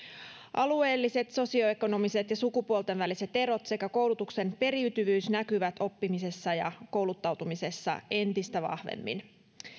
alueelliset sosioekonomiset ja sukupuolten väliset erot sekä koulutuksen periytyvyys näkyvät oppimisessa ja kouluttautumisessa entistä vahvemmin